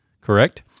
Correct